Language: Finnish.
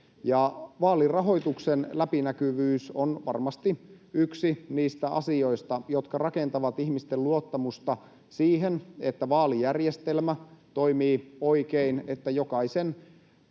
Vaalirahoituksen läpinäkyvyys on varmasti yksi niistä asioista, jotka rakentavat ihmisten luottamusta siihen, että vaalijärjestelmä toimii oikein, että jokaisen